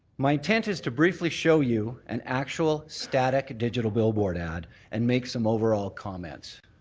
my intent is to briefly show you an actual static digital billboard ad and make some overall comments.